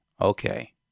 Okay